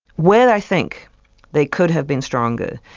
where i think they could have been stronger,